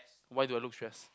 why do I look stress